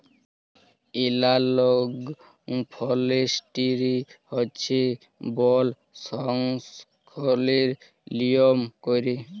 এলালগ forestry হছে বল সংরক্ষলের লিয়ম ক্যইরে